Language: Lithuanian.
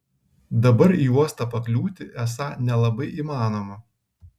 dabar į uostą pakliūti esą nelabai įmanoma